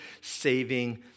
saving